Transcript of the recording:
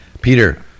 Peter